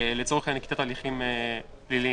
לצורך נקיטת הליכים פליליים.